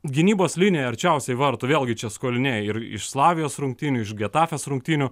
gynybos linija arčiausiai vartų vėlgi čia skoliniai ir iš slavijos rungtynių iš getafės rungtynių